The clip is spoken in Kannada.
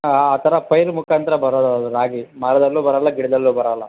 ಹಾಂ ಆ ಥರ ಪೈರು ಮುಖಾಂತರ ಬರೋದು ಅದು ರಾಗಿ ಮರದಲ್ಲು ಬರಲ್ಲ ಗಿಡ್ದಲ್ಲು ಬರಲ್ಲ